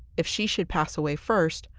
if she should pass away first,